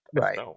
Right